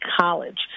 College